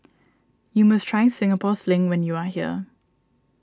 you must try Singapore Sling when you are here